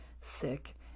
sick